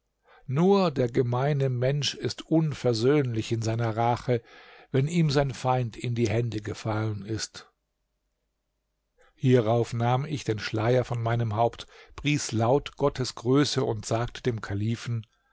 nur der gemeine mensch ist unversöhnlich in seiner rache wenn ihm sein feind in die hände gefallen ist hierauf nahm ich den schleier von meinem haupt pries laut gottes größe und sagte dem kalifen